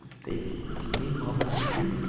take my name off from here